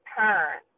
turn